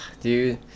dude